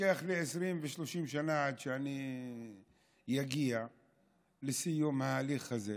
לוקח לי 20 ו-30 שנה עד שאני אגיע לסיום ההליך הזה.